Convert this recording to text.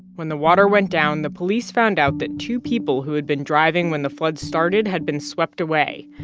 when the water went down, the police found out that two people who had been driving when the floods started had been swept away.